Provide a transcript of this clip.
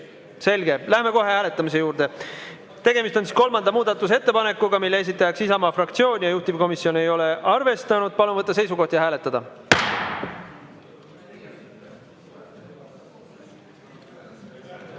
Selge, läheme kohe hääletamise juurde. Tegemist on kolmanda muudatusettepanekuga, mille esitaja on Isamaa fraktsioon ja juhtivkomisjon ei ole seda arvestanud. Palun võtta seisukoht ja hääletada!